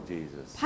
Jesus